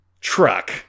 truck